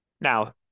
Now